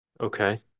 okay